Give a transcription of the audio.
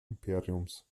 imperiums